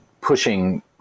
pushing